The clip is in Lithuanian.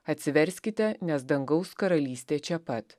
atsiverskite nes dangaus karalystė čia pat